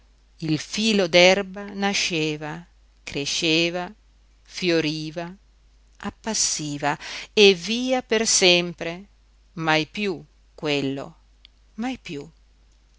il filo d'erba nasceva cresceva fioriva appassiva e via per sempre mai piú quello mai piú